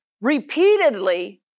repeatedly